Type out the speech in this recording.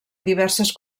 diverses